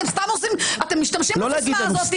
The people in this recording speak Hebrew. אתם סתם עושים, אתם משתמשים בסיסמה הזאת.